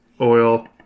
oil